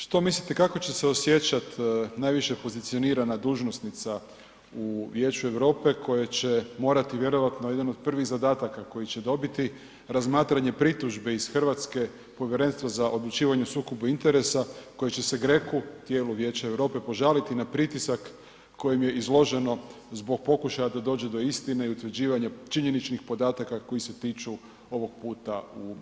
Što mislite kako će se osjećat najviše pozicionirana dužnosnica u Vijeću Europe koja će morati vjerojatno jedan od prvih zadataka koji će dobiti, razmatranje pritužbi iz RH Povjerenstvu za odlučivanje o sukobu interesa, koji će se Greku, tijelu Vijeća Europe požaliti na pritisak kojim je izloženo zbog pokušaja da dođe do istine i utvrđivanja činjeničnih podataka koji se tiču ovog puta u Finsku.